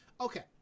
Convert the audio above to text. Okay